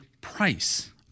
price